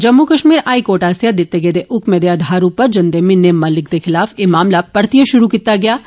Jammu Kashmir high court आसेआ दित्ते गेदे हुक्मै दे आधार पर जंदे म्हीने मलिक दे खलाफ एह मामला परतियै शुरु कीता गेआ ऐ